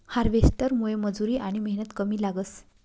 हार्वेस्टरमुये मजुरी आनी मेहनत कमी लागस